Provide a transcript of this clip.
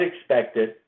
expected